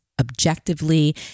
objectively